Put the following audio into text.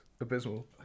abysmal